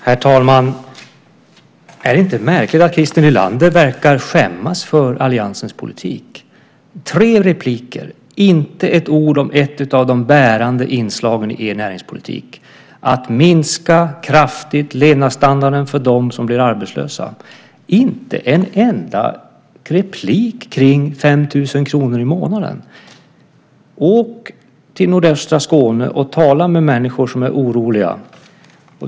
Herr talman! Är det inte märkligt att Christer Nylander verkar skämmas för alliansens politik? Tre repliker och inte ett ord om ett av de bärande inslagen i er näringspolitik, att kraftigt minska levnadsstandarden för dem som blir arbetslösa. Inte en enda replik kring frågan om 5 000 kr i månaden. Åk till nordöstra Skåne och tala med människor som är oroliga.